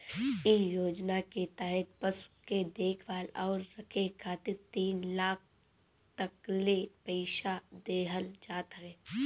इ योजना के तहत पशु के देखभाल अउरी रखे खातिर तीन लाख तकले पईसा देहल जात ह